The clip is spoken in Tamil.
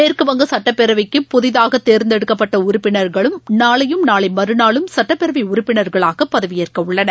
மேற்குவங்கசட்டப்பேரவைக்கு புதிதாகதேர்ந்தெடுக்கப்பட்டஉறுப்பினர்கள் நாளையும் நாளைமறுநாளும் சுட்டப்பேரவைஉறுப்பினர்களாகபதவியேற்கவுள்ளனர்